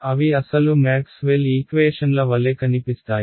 అవి అసలు మ్యాక్స్వెల్ ఈక్వేషన్ల వలె కనిపిస్తాయి